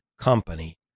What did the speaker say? company